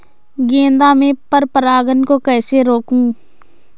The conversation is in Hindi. गेंदा में पर परागन को कैसे रोकुं?